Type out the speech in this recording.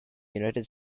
united